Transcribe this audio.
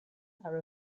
are